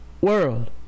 World